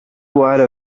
why